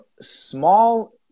small